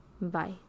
Bye